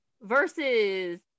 versus